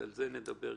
על זה נדבר,